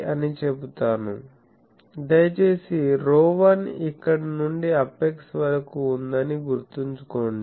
అని చెబుతాను దయచేసి ρ1 ఇక్కడ నుండి అపెక్స్ వరకు ఉందని గుర్తుంచుకోండి